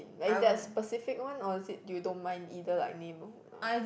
like is that a specific one or is it you don't mind either like name